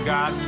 God